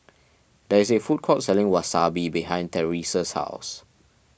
there is a food court selling Wasabi behind Terese's house